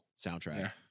soundtrack